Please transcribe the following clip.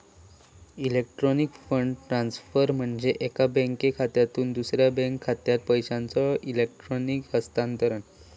electronic fund transfer म्हणजे एका bank खात्यातसून दुसरा बँक खात्यात पैशांचो इलेक्ट्रॉनिक हस्तांतरण